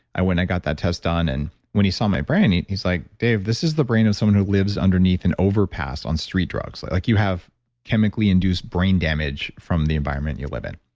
i went and got that test done. and when he saw my brain, he's like, dave, this is the brain of someone who lives underneath an overpass on street drugs. like like you have chemically induced brain damage from the environment you live in.